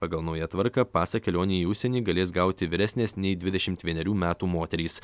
pagal naują tvarką pasą kelionei į užsienį galės gauti vyresnės nei dvidešimt vienerių metų moterys